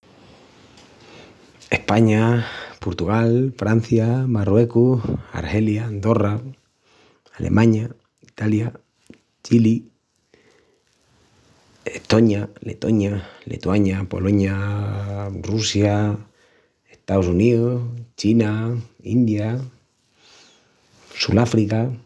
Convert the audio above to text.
España, Portugal, Francia, Marruecu, Argelia, Andorra, Alemaña, Italia, Chili, Estoña, Letoña, Letuaña, Poloña, Russia, Estaus Uníus, China, India, Suláfrica.